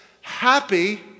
happy